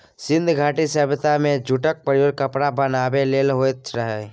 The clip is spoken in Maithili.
सिंधु घाटी सभ्यता मे जुटक प्रयोग कपड़ा बनाबै लेल होइत रहय